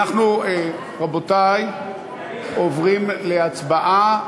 רבותי, אנחנו עוברים להצבעה.